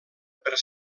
per